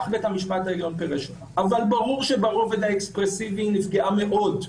ברור שברובד האקספרסיבי הזכות הזאת נפגעה מאוד,